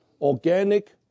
organic